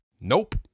Nope